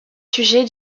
sujets